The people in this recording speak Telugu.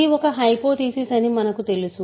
ఇది ఒక హైపోథిసిస్ అని మనకు తెలుసు